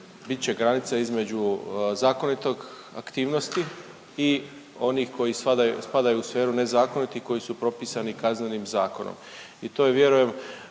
će granica između zakonitog aktivnosti i onih koji spadaju u sferu nezakonitih koji su propisani Kaznenim zakonom